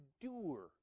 endure